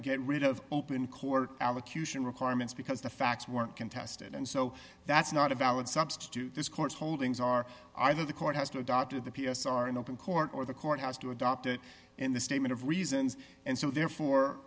get rid of open court allocution requirements because the facts weren't contested and so that's not a valid substitute this court holdings are either the court has to adopt or the p s are in open court or the court house to adopt it in the statement of reasons and so therefore